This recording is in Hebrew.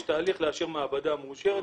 יש תהליך לאשר מעבדה מאושרת.